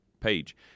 page